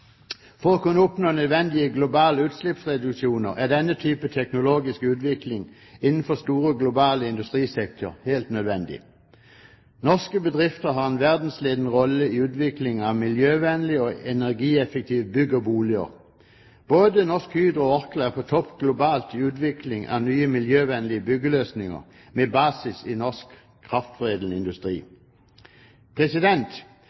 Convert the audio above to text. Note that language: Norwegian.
For å kunne oppnå nødvendige globale utslippsreduksjoner er denne type teknologisk utvikling innenfor store globale industrisektorer helt nødvendig. Norske bedrifter har en verdensledende rolle i utviklingen av miljøvennlige og energieffektive bygg og boliger. Både Norsk Hydro og Orkla er på topp globalt i utviklingen av nye miljøvennlige byggeløsninger med basis i norsk kraftforedlende industri.